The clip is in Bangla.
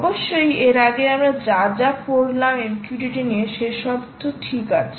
অবশ্যই এর আগে আমরা যা যা পড়লাম MQTT নিয়ে সে সব ঠিক আছে